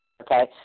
okay